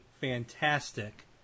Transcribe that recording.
fantastic